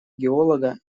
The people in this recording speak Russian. геолога